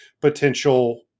potential